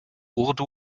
urdu